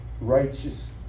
righteous